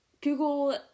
Google